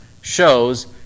shows